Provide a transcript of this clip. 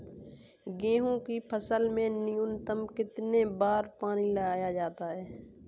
गेहूँ की फसल में न्यूनतम कितने बार पानी लगाया जाता है?